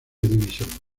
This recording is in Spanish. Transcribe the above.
división